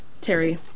Terry